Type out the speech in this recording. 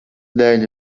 dēļ